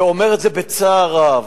ואני אומר את זה בצער רב,